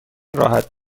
راحت